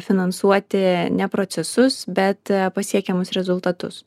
finansuoti ne procesus bet pasiekiamus rezultatus